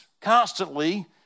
constantly